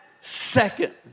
second